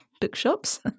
bookshops